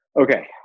Okay